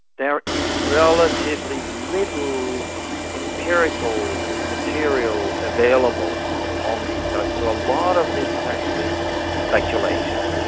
there is relatively little empirical material available on these studies, so a lot of this is actually speculation.